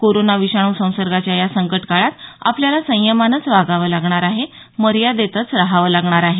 corona विषाणू संसर्गाच्या या संकट काळात आपल्याला संयमानंच वागावं लागणार आहे मर्यादेतच रहावं लागणार आहे